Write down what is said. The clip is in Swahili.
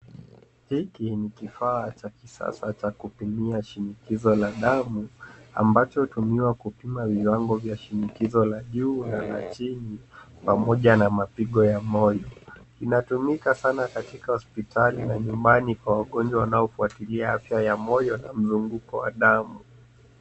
Hiki ni kifaa cha kisasa cha kupimia shinikizo la damu , ambacho hutumiwa kupima viwango vya shinikizo la juu na la chini pamoja na mapigo ya moyo. Inatumika sana katika hospitali na nyumbani kwa wagonjwa wanaofuatilia afya ya moyo na mzunguko wa damu.